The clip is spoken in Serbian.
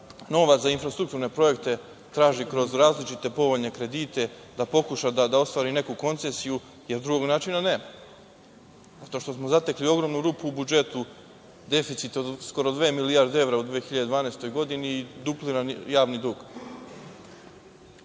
novaca za infrastrukturne projekte traži kroz različite povoljne kredite, da pokuša da ostvari neku koncesiju jer drugog načina nema zato što smo zatekli ogromnu rupu u budžetu, deficit od skoro dve milijarde evra u 2012. godini i duplirani javni dug. Zato